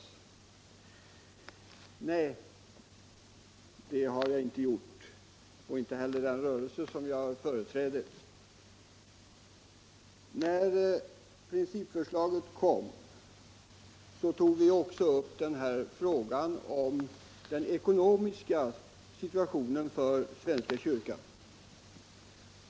Men, nej, det har jag inte gjort och inte heller den rörelse som jag företräder. När principförslaget lades fram tog vi också upp frågan om den ekonomiska situationen för svenska kyrkan.